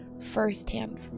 firsthand